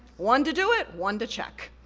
one to do it, one to check.